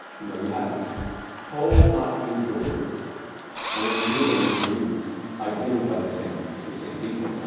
you know, you have to be told not to use the words and then hear the words used, ideally by the same the same people.